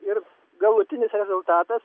ir galutinis rezultatas